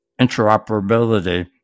interoperability